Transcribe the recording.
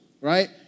Right